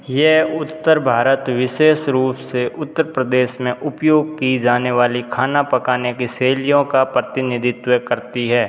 यह उत्तर भारत विशेष रूप से उत्तर प्रदेश में उपयोग की जाने वाली खाना पकाने की शैलियों का प्रतिनिधित्व करती है